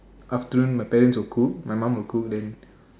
afternoon my parents will cook my mum will cook then